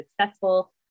successful